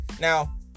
Now